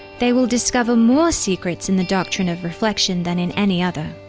they will discover more secrets in the doctrine of reflection than in any other.